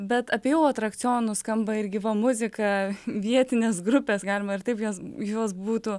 bet apėjau atrakcionus skamba ir gyva muzika vietinės grupės galima ir taip jas juos būtų